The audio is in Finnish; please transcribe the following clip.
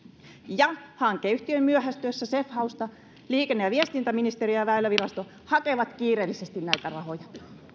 ja jotta hankeyhtiön myöhästyessä cef hausta liikenne ja viestintäministeriö ja väylävirasto hakevat kiireellisesti näitä rahoja